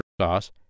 sauce